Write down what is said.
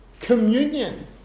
communion